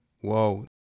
Whoa